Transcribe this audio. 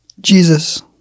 Jesus